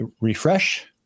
refresh